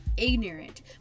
ignorant